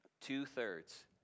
Two-thirds